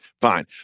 Fine